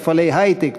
מפעלי היי-טק,